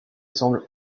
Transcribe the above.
semble